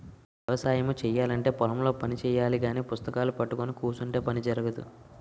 వ్యవసాయము చేయాలంటే పొలం లో పని చెయ్యాలగాని పుస్తకాలూ పట్టుకొని కుసుంటే పని జరగదు